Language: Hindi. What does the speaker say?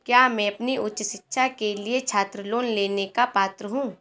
क्या मैं अपनी उच्च शिक्षा के लिए छात्र लोन लेने का पात्र हूँ?